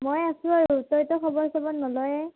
মই আছোঁ আৰু তইতো খবৰ চবৰ নলওৱে